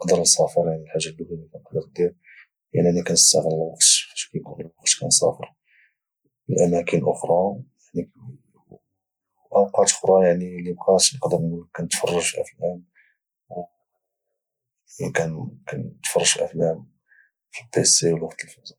نقدر نسافر الحاجه اللي كانقدر ندير هي انني كانشتغل الوقت فاش يكون الوقت كانسافر الاماكن اخرى اوقات اخرى يعني اللي بقات نقدر نقول لك كانتفرج كنتفرج في افلام يعني كانتفرج افلام في البيسي ولا التلفازه